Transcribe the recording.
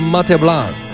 Mateblanc